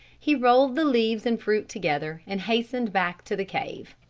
he rolled the leaves and fruit together and hastened back to the cave.